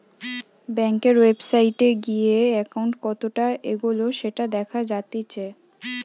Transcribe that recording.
বেংকের ওয়েবসাইটে গিয়ে একাউন্ট কতটা এগোলো সেটা দেখা জাতিচ্চে